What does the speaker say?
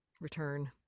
return